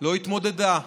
לא התמודדה מולו.